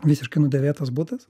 visiškai nudėvėtas butas